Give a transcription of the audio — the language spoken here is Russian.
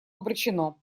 обречено